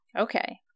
Okay